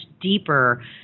deeper